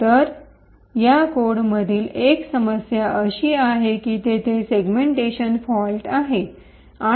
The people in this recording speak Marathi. तर या कोडमधील एक समस्या अशी आहे की तेथे सेगमेंटेशन फॉल्ट आहे आणि 10